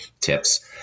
tips